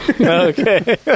Okay